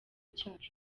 cyacu